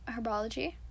Herbology